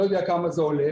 לא יודעת כמה זה עולה,